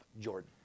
Jordan